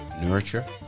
nurture